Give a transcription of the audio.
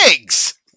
eggs